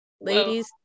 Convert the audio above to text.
ladies